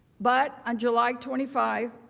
but on july twenty five.